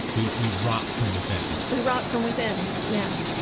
we we rot from within. we rot from within, yeah.